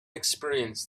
experience